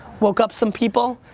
woke up some people.